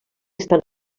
estan